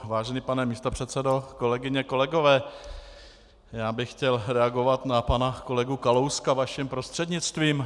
Vážený pane místopředsedo, kolegyně a kolegové, já bych chtěl reagovat na pana kolegu Kalouska vaším prostřednictvím.